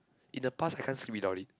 in the past I can't sleep without it